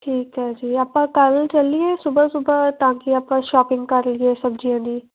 ਠੀਕ ਹੈ ਜੀ ਆਪਾਂ ਕੱਲ੍ਹ ਚੱਲੀਏ ਸੁਬਹਾ ਸੁਬਹਾ ਤਾਂ ਕਿ ਆਪਾਂ ਸ਼ੋਪਿੰਗ ਕਰ ਲਈਏ ਸਬਜ਼ੀਆਂ ਦੀ